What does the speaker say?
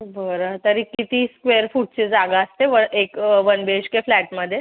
बरं तरी किती स्क्वेअर फूटची जागा असते एक वन बीएचके फ्लॅटमध्ये